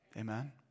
Amen